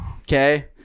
Okay